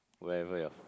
wherever you